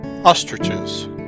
Ostriches